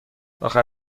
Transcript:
آخر